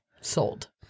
Sold